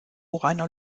reiner